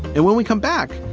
and when we come back,